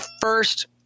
first